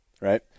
right